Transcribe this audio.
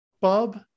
Bob